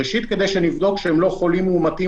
ראשית כדי שנבדוק שהם לא חולים מאומתים